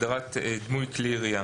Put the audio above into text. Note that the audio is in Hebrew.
"דמוי כלי ירייה"